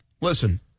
listen